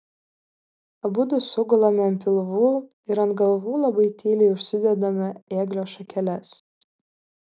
abudu sugulame ant pilvų ir ant galvų labai tyliai užsidedame ėglio šakeles